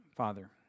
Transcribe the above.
Father